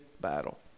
battle